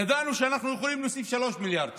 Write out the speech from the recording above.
ידענו שאנחנו יכולים להוסיף 3 מיליארד שקל.